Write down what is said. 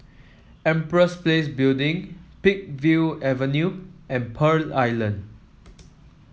Empress Place Building Peakville Avenue and Pearl Island